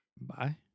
Bye